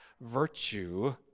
virtue